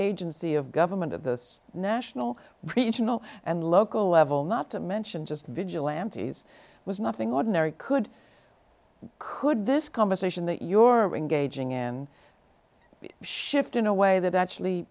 agency of government of the national regional and local level not to mention just vigilantes was nothing ordinary could could this conversation that your engaging in shift in a way that actually